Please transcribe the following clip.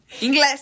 English